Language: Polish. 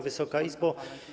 Wysoka Izbo!